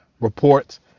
reports